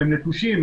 הם נטושים,